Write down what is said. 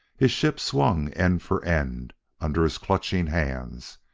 his ship swung end for end under his clutching hands,